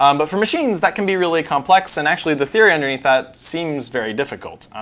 um but for machines, that can be really complex. and actually, the theory underneath that seems very difficult.